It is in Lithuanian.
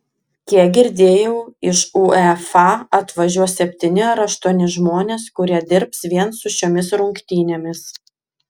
kiek girdėjau iš uefa atvažiuos septyni ar aštuoni žmonės kurie dirbs vien su šiomis rungtynėmis